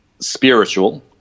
Spiritual